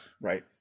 right